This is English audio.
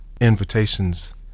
invitations